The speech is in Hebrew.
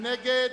מי נגד?